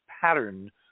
pattern